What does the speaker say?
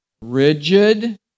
Rigid